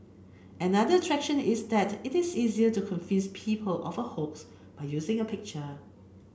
another attraction is that it is easier to convince people of a hoax by using a picture